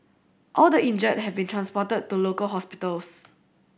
all the injured have been transported to local hospitals